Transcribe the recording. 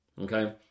Okay